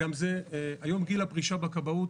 היום גיל הפרישה בכבאות